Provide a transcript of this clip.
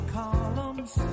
columns